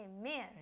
Amen